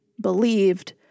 believed